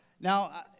Now